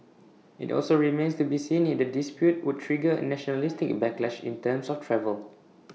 IT also remains to be seen if the dispute would trigger A nationalistic backlash in terms of travel